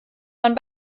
man